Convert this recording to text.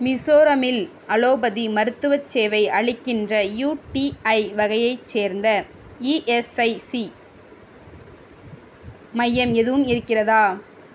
மிசோரமில் அலோபதி மருத்துவச் சேவை அளிக்கின்ற யுடிஐ வகையைச் சேர்ந்த இஎஸ்ஐசி மையம் எதுவும் இருக்கிறதா